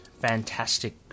fantastic